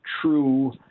true